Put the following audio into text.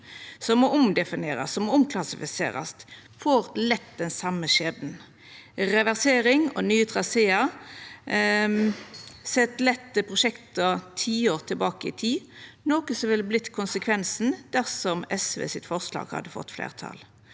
som må omdefinerast, og som må omklassifiserast, får lett den same skjebnen. Reversering og nye trasear set lett prosjekt tiår tilbake i tid, noko som ville ha vorte konsekvensen dersom SV sitt forslag hadde fått fleirtal.